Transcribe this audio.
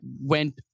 went